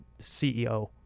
CEO